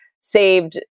saved